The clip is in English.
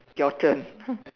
your turn